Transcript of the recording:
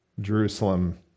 Jerusalem